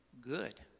good